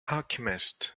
alchemist